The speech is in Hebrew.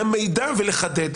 למידע ולחדד.